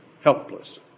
helpless